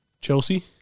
Chelsea